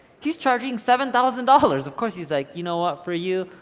he's charging seven thousand dollars. of course he's like, you know what, for you,